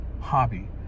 hobby